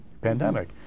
pandemic